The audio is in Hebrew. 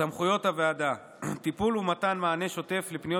סמכויות הוועדה: טיפול ומתן מענה שוטף לפניות